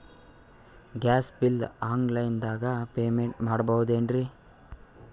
Gas bill online ದಾಗ payment ಮಾಡಬೋದೇನ್ರಿ?